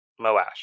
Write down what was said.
Moash